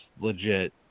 legit